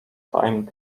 time